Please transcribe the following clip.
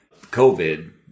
COVID